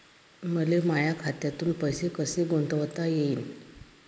मले माया खात्यातून पैसे कसे गुंतवता येईन?